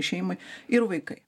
šeimai ir vaikai